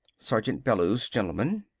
sergeant bellews, gentlemen.